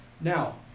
Now